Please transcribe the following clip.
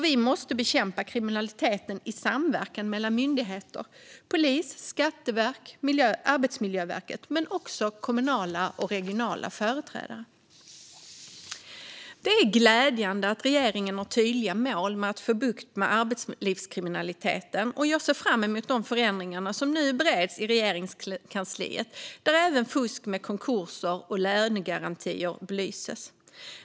Vi måste bekämpa kriminaliteten i samverkan mellan myndigheter, polis, Skatteverket och Arbetsmiljöverket men också mellan kommunala och regionala företrädare. Det är glädjande att regeringen har tydliga mål för att få bukt med arbetslivskriminaliten, och jag ser fram emot de förändringar som nu bereds i Regeringskansliet. I det arbetet belyses även fusk med konkurser och lönegaranti.